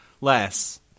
Less